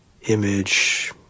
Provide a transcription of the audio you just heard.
image